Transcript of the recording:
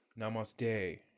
Namaste